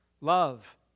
love